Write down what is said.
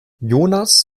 jonas